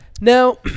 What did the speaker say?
Now